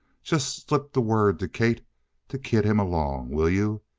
just slip the word to kate to kid him along. will you?